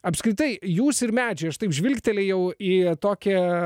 apskritai jūs ir medžiai aš taip žvilgtelėjau į tokią